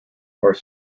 are